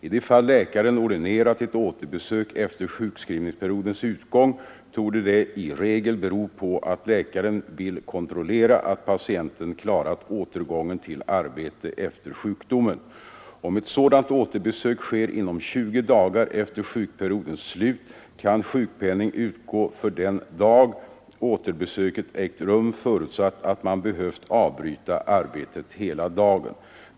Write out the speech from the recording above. I de fall läkaren ordinerat ett återbesök efter sjukskrivningsperiodens utgång torde det i regel bero på att läkaren vill kontrollera att patienten klarat återgången till arbete efter sjukdomen. Om ett sådant återbesök sker inom 20 dagar efter sjukperiodens slut kan sjukpenning utgå för den dag återbesöket ägt rum, förutsatt att man behövt avbryta arbetet hela dagen.